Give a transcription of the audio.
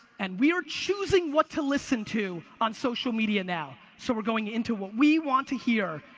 and we are choosing what to listen to on social media now. so we're going into what we want to hear.